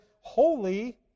holy